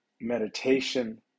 meditation